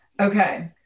Okay